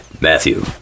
Matthew